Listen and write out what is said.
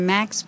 Max